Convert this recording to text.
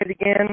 again